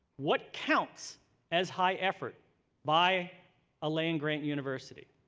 what counts as high effort by a land-grant university?